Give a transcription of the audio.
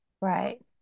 right